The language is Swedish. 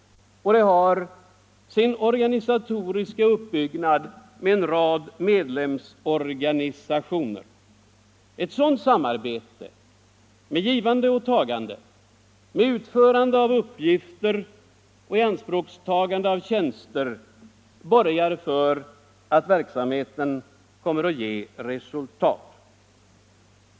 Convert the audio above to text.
De har också sin organisatoriska uppbyggnad med en rad medlemsorganisationer. Ett sådant samarbete med givande och tagande, med utförande av uppgifter och ianspråktagande av tjänster, borgar för att verksamheten kommer att ge resultat.